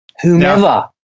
Whomever